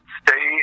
stay